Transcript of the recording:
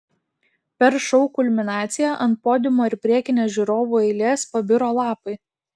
per šou kulminaciją ant podiumo ir priekinės žiūrovų eilės pabiro lapai